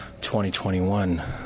2021